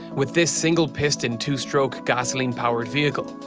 with this single piston two stroke gasoline powered vehicle.